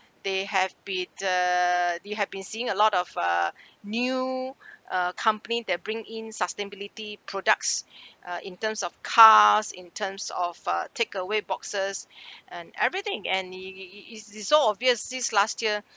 they have been uh you have been seeing a lot of uh new uh company that bring in sustainability products uh in terms of cars in terms of uh takeaway boxes and everything and it it it it's so obvious since last year